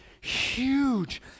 huge